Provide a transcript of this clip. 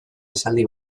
esaldi